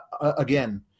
again